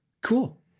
Cool